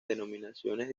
denominaciones